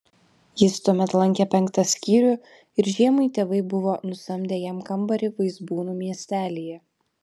jis tuomet lankė penktą skyrių ir žiemai tėvai buvo nusamdę jam kambarį vaizbūnų miestelyje